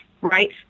right